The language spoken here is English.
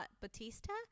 Batista